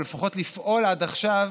או לפחות לפעול עד עכשיו,